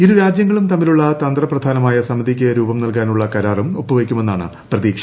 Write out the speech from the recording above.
ഇരു രാജ്യങ്ങളും തമ്മിലുള്ള തന്ത്രപ്രധാനമായ സമിതിക്ക് രൂപം നൽകാനുള്ള കരാറും ഒപ്പുവയ്ക്കുമെന്നാണ് പ്രതീക്ഷ